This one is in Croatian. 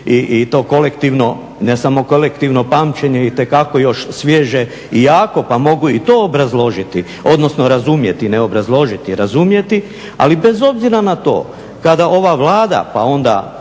i to kolektivno ne samo kolektivno pamćenje itekako još svježe i jako pa mogu i to obrazložiti, odnosno razumjeti, ne obrazložiti razumjeti. Ali bez obzira na to kada ova Vlada pa onda